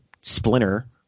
Splinter